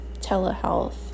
telehealth